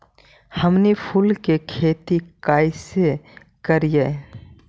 हमनी फूल के खेती काएसे करियय?